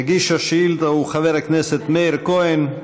מגיש השאילתה הוא חבר הכנסת מאיר כהן.